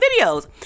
videos